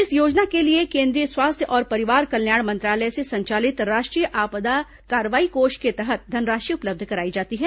इस योजना के लिए केंद्रीय स्वास्थ्य और परिवार कल्याण मंत्रालय से संचालित राष्ट्रीय आपदा कार्रवाई कोष के तहत धनराशि उपलब्ध कराई जाती है